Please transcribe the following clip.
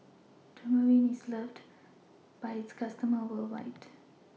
Dermaveen IS loved By its customers worldwide